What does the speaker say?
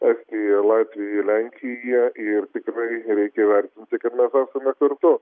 estijoje latvijoje lenkijoje ir tikrai reikia įvertinti kad mes esame kartu